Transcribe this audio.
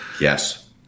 Yes